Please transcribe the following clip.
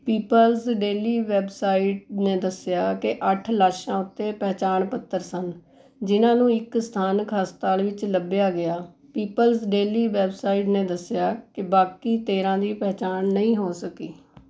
people's Daily website ਨੇ ਦੱਸਿਆ ਕਿ ਅੱਠ ਲਾਸ਼ਾਂ ਉੱਤੇ ਪਹਿਚਾਣ ਪੱਤਰ ਸਨ ਜਿਨ੍ਹਾਂ ਨੂੰ ਇੱਕ ਸਥਾਨਕ ਹਸਪਤਾਲ ਵਿੱਚ ਲੱਭਿਆ ਗਿਆ ਪੀਪਲਜ਼ ਡੇਲੀ ਵੈੱਬਸਾਈਟ ਨੇ ਦੱਸਿਆ ਕਿ ਬਾਕੀ ਤੇਰ੍ਹਾਂ ਦੀ ਪਹਿਚਾਣ ਨਹੀਂ ਹੋ ਸਕੀ